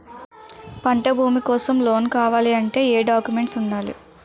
పంట భూమి కోసం లోన్ కావాలి అంటే ఏంటి డాక్యుమెంట్స్ ఉండాలి?